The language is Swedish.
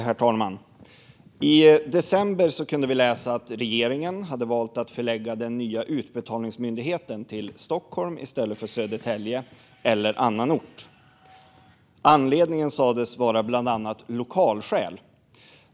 Herr talman! I december kunde vi läsa att regeringen hade valt att förlägga den nya Utbetalningsmyndigheten till Stockholm i stället för till Södertälje eller någon annan ort. Det sades att det gjordes av bland annat lokalskäl.